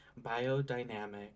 Biodynamic